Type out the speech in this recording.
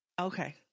Okay